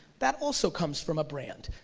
that also comes from a brand.